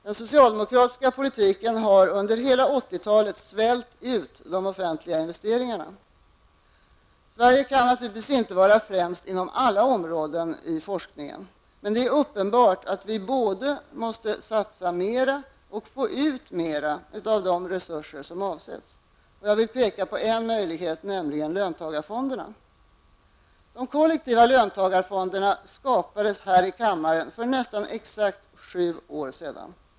Den socialdemokratiska politiken har under hela 1980-talet svält ut de offentliga investeringarna. Sverige kan naturligtvis inte vara främst inom alla områden i forskningen. Men det är uppenbart att vi måste både satsa mer och få ut mer av de resurser som avsätts. Jag vill peka på en möjlighet, nämligen löntagarfonderna. De kollektiva löntagarfonderna skapades här i kammaren för nästan exakt sju år sedan.